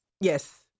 Yes